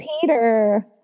Peter